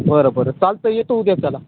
बरं बरं चालतय येतो उद्याच्याला